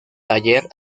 taller